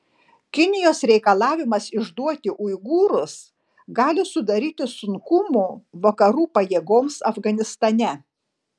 kinijos reikalavimas išduoti uigūrus gali sudaryti sunkumų vakarų pajėgoms afganistane